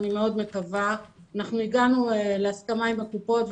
הגענו להסכמה עם הקופות,